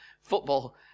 football